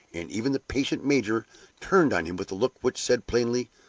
and even the patient major turned on him with a look which said plainly,